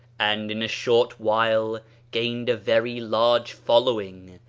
and in a short while gained a very large following,